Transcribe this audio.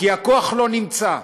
כי הכוח לא נמצא,